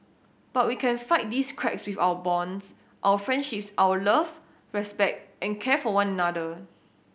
but we can fight these cracks with our bonds our friendships our love respect and care for one another